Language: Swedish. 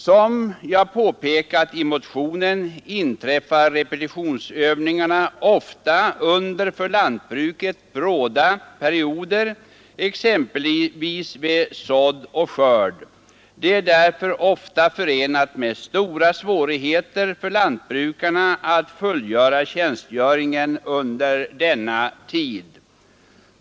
Som jag påpekat i motionen inträffar repetitionsövningar ofta under för lantbruket bråda perioder, exempelvis vid sådd och skörd. Det är därför ofta förenat med stora svårigheter för lantbrukarna att fullgöra tjänstgöringen under denna tid.